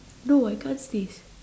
no I can't sneeze